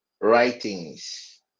writings